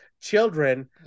children